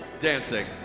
dancing